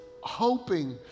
hoping